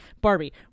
Barbie